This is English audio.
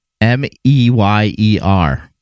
M-E-Y-E-R